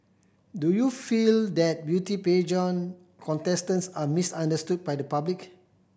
do you feel that beauty pageant contestants are misunderstood by the public